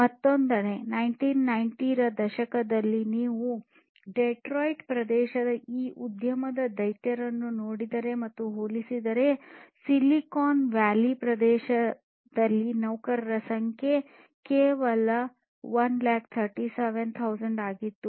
ಮತ್ತೊಂದೆಡೆ 1990 ರ ದಶಕದಲ್ಲಿ ನೀವು ಡೆಟ್ರಾಯಿಟ್ ಪ್ರದೇಶದ ಈ ಉದ್ಯಮದ ದೈತ್ಯರನ್ನು ನೋಡಿದರೆ ಮತ್ತು ಹೋಲಿಸಿದರೆ ಸಿಲಿಕಾನ್ ವ್ಯಾಲಿ ಪ್ರದೇಶದಲ್ಲಿ ನೌಕರರ ಸಂಖ್ಯೆ ಕೇವಲ 137000 ಆಗಿತ್ತು